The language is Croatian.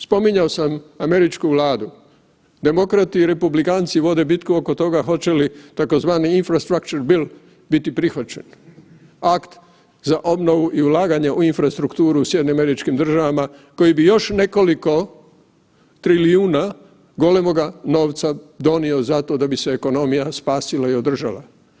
Spominjao sam američku vladu, demokrati i republikanci vode bitku oko toga hoće li tzv. Infrastructure build biti prihvaćen, akt za obnovu i ulaganje u infrastrukturu u SAD-u koliko bi još nekoliko trilijuna golemoga novca donio zato da bi se ekonomija i spasila i održala.